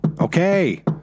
Okay